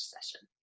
session